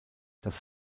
das